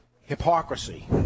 hypocrisy